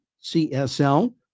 C-S-L